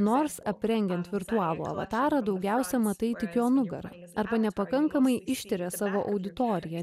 nors aprengiant virtualų avatarą daugiausia matai tik jo nugarą arba nepakankamai ištiria savo auditoriją